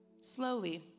slowly